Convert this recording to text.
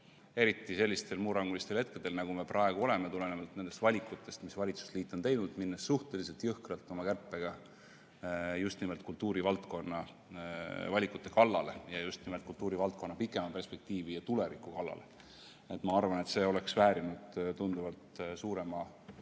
eriti sellistel murrangulistel aegadel, milles me praegu elame tulenevalt nendest valikutest, mis valitsusliit on teinud, minnes suhteliselt jõhkralt oma kärpega nimelt kultuurivaldkonna kallale ja just nimelt kultuurivaldkonna pikema perspektiivi ja tuleviku kallale. Ma arvan, et see oleks väärinud tunduvalt suurema koosseisu